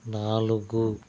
నాలుగు